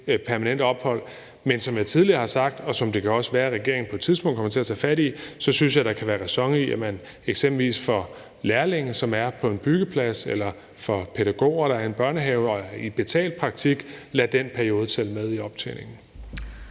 permanent ophold, men som jeg tidligere har sagt, og som det også kan være at regeringen på et tidspunkt kommer til at tage fat i, synes jeg, der kan være ræson i, at man eksempelvis for lærlinge, som er på en byggeplads, eller for pædagoger, der er i en børnehave i betalt praktik, lader den periode tælle med i optjeningen.